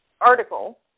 article